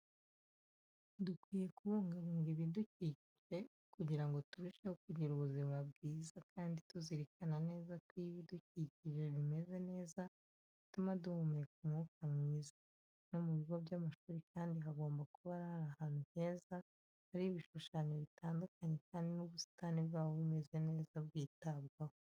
Dukwiye kubungabunga ibidukikije kugira ngo turusheho kugira ubuzima bwiza, kandi tuzirikana neza ko iyo ibidukikijwe bimeze neza bituma duhumeka umwuka mwiza. No mu bigo by'amashuri kandi hagomba kuba ari ahantu heza, hari ibishushanyo bitandukanye kandi n'ubusitani bwaho bumeze neza bwitabwaho.